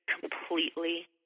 completely